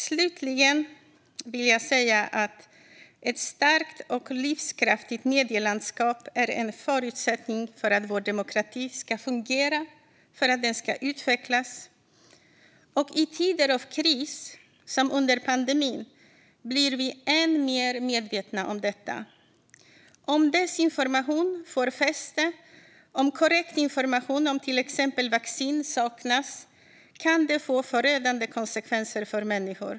Slutligen vill jag säga att ett starkt och livskraftigt medielandskap är en förutsättning för att vår demokrati ska fungera och utvecklas. I tider av kris, som under pandemin, blir vi än mer medvetna om detta. Om desinformation får fäste, eller om korrekt information om till exempel vaccin saknas, kan det få förödande konsekvenser för människor.